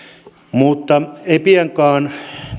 mutta ei piankaan